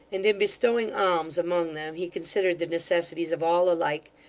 and in bestowing alms among them he considered the necessities of all alike,